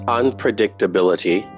unpredictability